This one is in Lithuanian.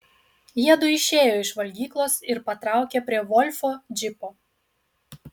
jiedu išėjo iš valgyklos ir patraukė prie volfo džipo